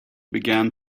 began